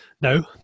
No